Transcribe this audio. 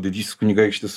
didysis kunigaikštis